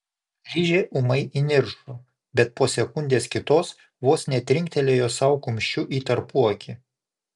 ližė ūmai įniršo bet po sekundės kitos vos netrinktelėjo sau kumščiu į tarpuakį